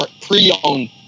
pre-owned